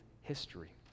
history